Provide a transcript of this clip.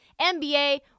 NBA